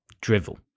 drivel